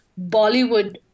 bollywood